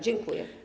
Dziękuję.